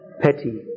petty